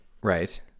Right